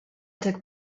took